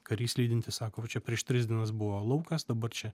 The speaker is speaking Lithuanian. karys lydintis sako va čia prieš tris dienas buvo laukas dabar čia